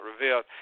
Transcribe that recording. revealed